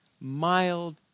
mild